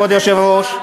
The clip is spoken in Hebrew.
כבוד היושב-ראש,